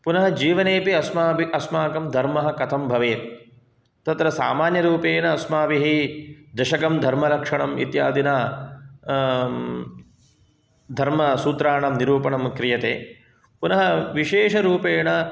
पुनः जीवनेपि अस्म अस्माकं धर्मः कथं भवेत् तत्र सामान्यरूपेण अस्माभिः दशकं धर्मरक्षणम् इत्यादिना धर्मसूत्रणां निरूपणं क्रियते पुनः विशेषरूपेण